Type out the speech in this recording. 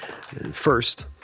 First